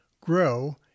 grow